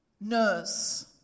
nurse